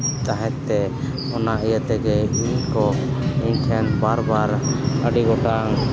ᱛᱟᱦᱮᱸᱫ ᱛᱮ ᱚᱱᱟ ᱤᱭᱟᱹ ᱛᱮᱜᱮ ᱤᱧᱠᱚ ᱤᱧ ᱴᱷᱮᱱ ᱵᱟᱨ ᱵᱟᱨ ᱟᱹᱰᱤ ᱜᱚᱴᱟᱝ